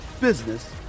business